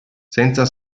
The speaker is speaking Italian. senza